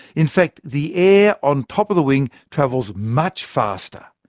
in fact, the air on top of the wing travels much faster,